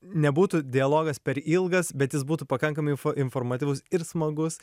nebūtų dialogas per ilgas bet jis būtų pakankamai informatyvus ir smagus